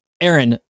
Aaron